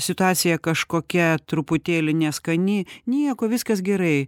situacija kažkokia truputėlį neskani nieko viskas gerai